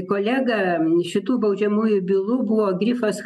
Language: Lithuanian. kolega šitų baudžiamųjų bylų buvo grifas